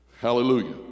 hallelujah